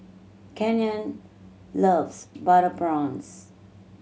Canyon loves butter prawns